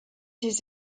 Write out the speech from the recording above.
his